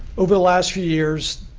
over the last few years,